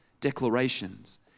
declarations